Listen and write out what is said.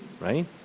right